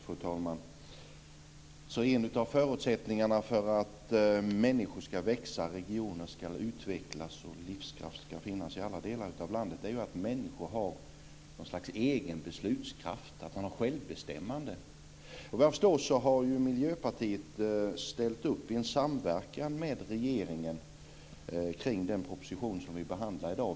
Fru talman! En av förutsättningarna för att människor ska växa, regioner ska utvecklas och livskraft ska finnas i alla delar av landet är ju att människor har någon slags egen beslutskraft, att man har självbestämmande. Vad jag förstår har ju Miljöpartiet ställt upp i en samverkan med regeringen omkring den proposition som vi behandlar i dag.